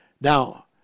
Now